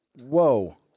Whoa